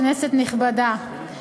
כנסת נכבדה,